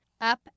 up